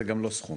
זה גם לא סכום,